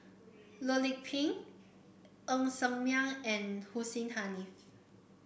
Loh Lik Peng Ng Ser Miang and Hussein Haniff